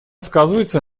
сказывается